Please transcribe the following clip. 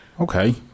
Okay